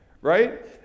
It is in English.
right